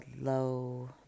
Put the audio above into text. low